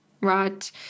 right